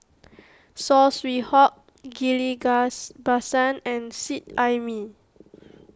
Saw Swee Hock Ghillie Basan and Seet Ai Mee